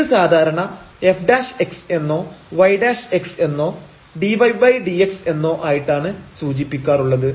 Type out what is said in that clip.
ഇത് സാധാരണ f എന്നോ y എന്നോ dydx എന്നോ ആയിട്ടാണ് സൂചിപ്പിക്കാറുള്ളത്